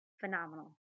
phenomenal